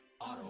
Auto